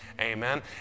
Amen